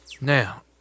Now